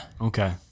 Okay